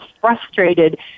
frustrated